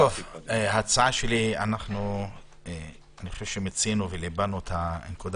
ההצעה שלי, אני חושב שמיצינו את הנקודה.